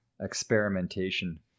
experimentation